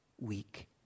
weak